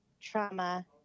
trauma